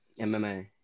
MMA